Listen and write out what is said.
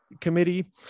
Committee